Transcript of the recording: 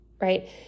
Right